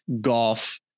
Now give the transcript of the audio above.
golf